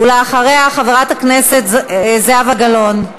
אחריה, חברת הכנסת זהבה גלאון.